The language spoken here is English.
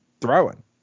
throwing